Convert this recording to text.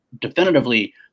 definitively